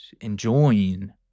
enjoying